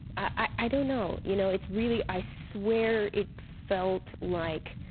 i don't know you know it's really i swear it felt like